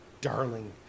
darling